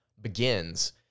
begins